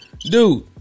Dude